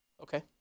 Okay